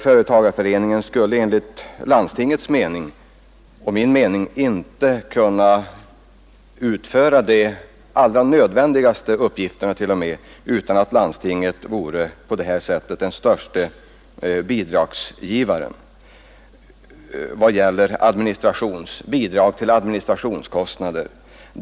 Företagarföreningen skulle enligt landstingets och även min uppfattning inte kunna utföra ens de nödvändigaste uppgifterna utan att landstinget på detta sätt lämnade ett mycket stort bidrag till administrationskostnaderna.